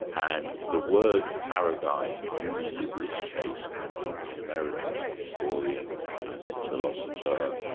and the word paradigm used in this case comes from the american historian and philosopher,